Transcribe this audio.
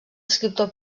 escriptor